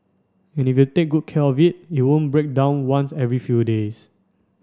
and if you take good care of it you won't break down once every few days